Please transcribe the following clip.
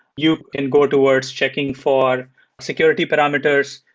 you can go towards checking for security parameters.